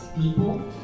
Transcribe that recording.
people